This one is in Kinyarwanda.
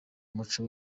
muco